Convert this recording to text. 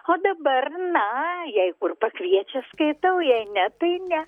o dabar na jei kur pakviečia skaitau jei ne tai ne